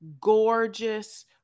gorgeous